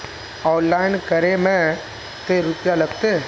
Online करे में ते रुपया लगते?